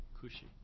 Cushy